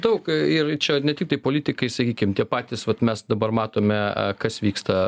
daug ir čia ne tiktai politikai sakykim tie patys vat mes dabar matome kas vyksta